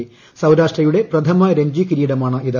്സൌരാഷ്ട്രയുടെ പ്രഥമ രഞ്ജി കിരീടമാണിത്